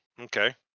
okay